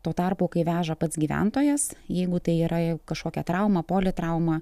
tuo tarpu kai veža pats gyventojas jeigu tai yra kažkokia trauma politrauma